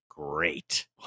Great